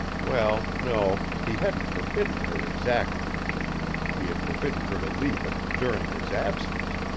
well no, he hadn't forbidden her exactly he had forbidden her to leave it during his absence.